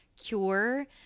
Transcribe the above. cure